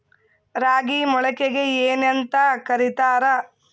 ರಾಗಿ ಮೊಳಕೆಗೆ ಏನ್ಯಾಂತ ಕರಿತಾರ?